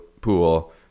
pool